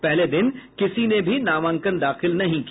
पहले दिन किसी ने भी नामांकन दाखिल नहीं किया